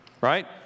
Right